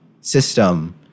system